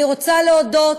אני רוצה להודות